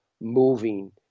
moving